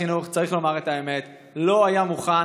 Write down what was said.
צריך לומר את האמת: משרד החינוך לא היה מוכן,